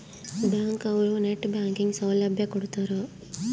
bank ಅವ್ರು net banking ಸೌಲಭ್ಯ ಕೊಡ್ತಾರ